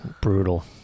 brutal